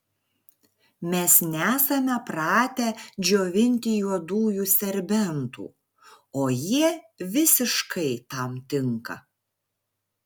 mes nesame pratę džiovinti juodųjų serbentų o jie visiškai tam tinka